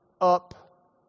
up